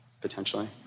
potentially